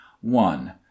one